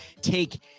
take